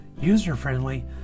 user-friendly